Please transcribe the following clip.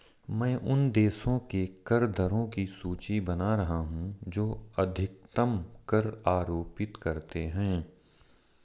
मैं उन देशों के कर दरों की सूची बना रहा हूं जो अधिकतम कर आरोपित करते हैं